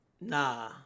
Nah